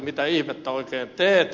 mitä ihmettä oikein teet